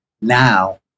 now